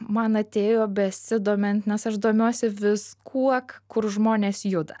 man atėjo besidomint nes aš domiuosi viskuo kur žmonės juda